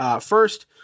First